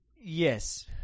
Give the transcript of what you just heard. Yes